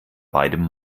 beidem